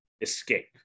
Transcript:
escape